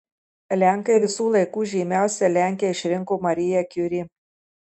lenkai visų laikų žymiausia lenke išrinko mariją kiuri